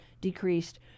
decreased